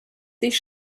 sich